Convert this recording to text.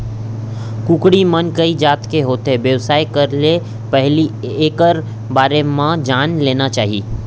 कुकरी मन कइ जात के होथे, बेवसाय करे ले पहिली एकर बारे म जान लेना चाही